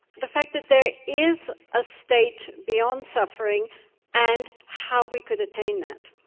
the fact that there is a state beyond suffering and how we could attain that.